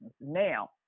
Now